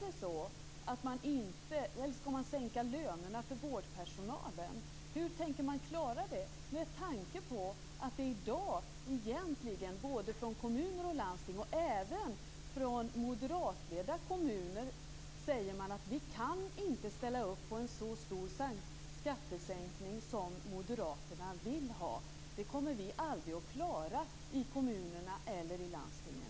Hur skall man klara av det? I dag säger man ju egentligen både från kommuner, även moderatledda kommuner, och landsting att man inte kan ställa upp på en så stor skattesänkning som moderaterna vill ha. Man säger att man aldrig kommer att klara av det i kommunerna eller i landstingen.